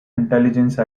intelligence